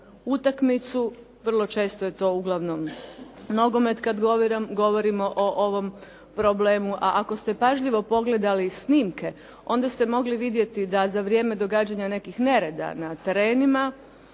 utakmicu. Vrlo često je to uglavnom nogomet kad govorim o ovom problemu, a ako ste pažljivo pogledali snimke onda ste mogli vidjeti da za vrijeme događanja nekih nereda na terenima